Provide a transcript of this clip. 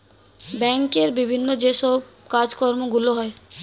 ব্যাংকের বিভিন্ন যে সব কাজকর্মগুলো হয়